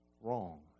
wrong